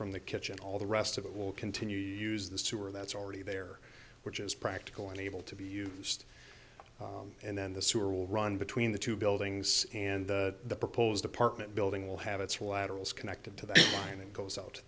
from the kitchen all the rest of it will continue use the sewer that's already there which is practical and able to be used and then the sewer will run between the two buildings and the proposed apartment building will have its waggles connected to that line and goes out to